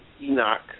Enoch